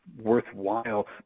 worthwhile